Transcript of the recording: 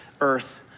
earth